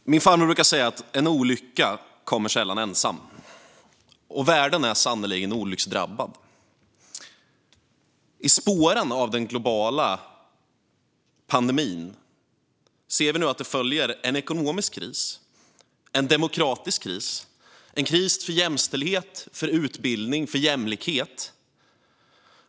Fru talman! Vänner! Min farmor brukar säga att en olycka sällan kommer ensam. Och världen är sannerligen olycksdrabbad. I spåren av pandemin ser vi att det följer en ekonomisk kris, en demokratisk kris, en kris för jämställdhet, en kris för utbildning och en kris för jämlikhet.